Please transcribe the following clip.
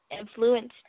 influence